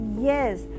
Yes